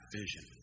vision